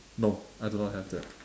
no I do not have that